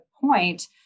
point